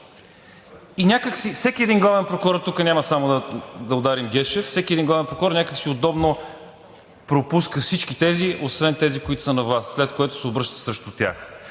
всички. И всеки един главен прокурор, тук няма да ударим само Гешев – всеки един главен прокурор, някак си удобно пропуска всички тези, освен онези, които са на власт, след което се обръща срещу тях.